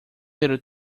little